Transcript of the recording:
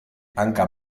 hanka